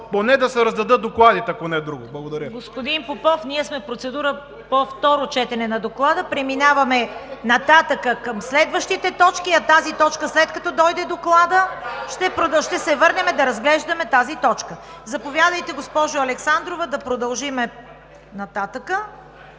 Поне да се раздадат докладите, ако не друго. Благодаря.